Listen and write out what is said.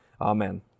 Amen